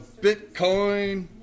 Bitcoin